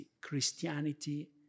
Christianity